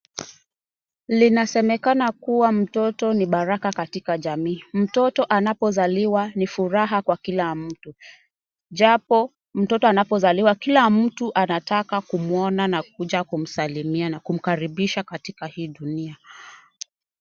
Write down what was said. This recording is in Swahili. Linasemekana kuwa mtoto ni baraka katika jamii mtoto anapozaliwa ni furaha kwa kila mtu , japo mtoto anapozaliwa kila mtu anataka kumwona na kuja kumsalmia na kumkaribisha katika hii dunia.